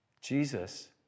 Jesus